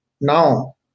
now